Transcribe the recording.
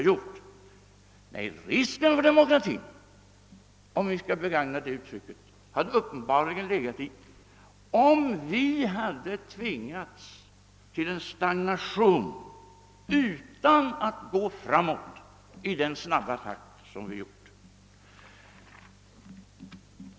Nej, risken för demokratin — om vi skall begagna det uttrycket — skulle uppenbarligen ha legat i att vi hade tvingats till en stagnation och inte hade kunnat gå framåt i den snabba takt som vi gjort.